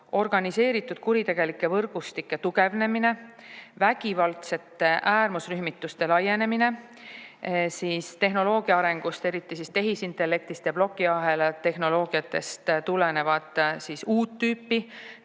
organiseeritud kuritegelike võrgustike tugevnemine, vägivaldsete äärmusrühmituste laienemine, tehnoloogia arengust, eriti tehisintellektist ja plokiahela tehnoloogiatest tulenevad uut tüüpi